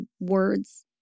words